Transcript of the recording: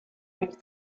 move